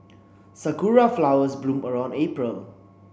Sakura flowers bloom around April